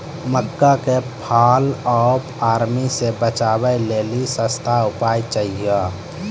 मक्का के fall of army से बचाबै लेली सस्ता उपाय चाहिए?